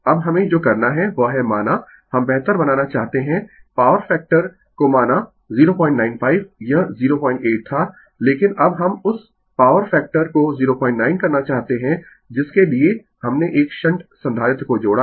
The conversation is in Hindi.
अब हमें जो करना है वह है माना हम बेहतर बनाना चाहते है पॉवर फैक्टर को माना 095 यह 08 था लेकिन अब हम उस पॉवर फैक्टर को 09 करना चाहते है जिसके लिए हमने एक शंट संधारित्र को जोड़ा है